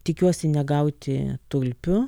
tikiuosi negauti tulpių